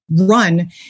run